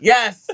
Yes